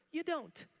you don't.